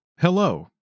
Hello